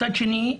מצד שני,